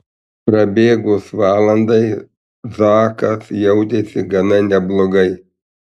prabėgus valandai zakas jautėsi gana neblogai